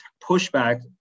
pushback